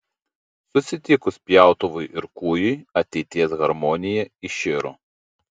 susitikus pjautuvui ir kūjui ateities harmonija iširo